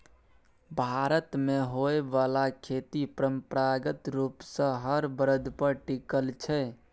भारत मे होइ बाला खेती परंपरागत रूप सँ हर बरद पर टिकल छै